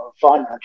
financial